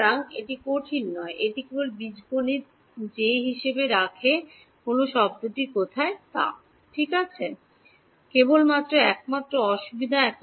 সুতরাং এটি কঠিন নয় এটি কেবল বীজগণিত যে হিসাব রাখে কোন শব্দটি কোথায় এবং ঠিক আছে কেবলমাত্র একমাত্র অসুবিধা